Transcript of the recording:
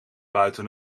buiten